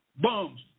bums